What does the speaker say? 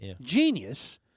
genius